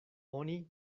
oni